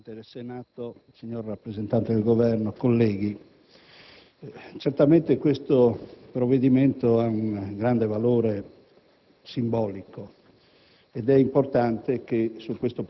Signor Presidente del Senato, signor rappresentante del Governo, colleghi, certamente questo provvedimento ha un grande valore